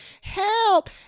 help